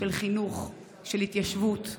של חינוך, של התיישבות,